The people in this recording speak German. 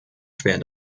schwer